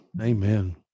Amen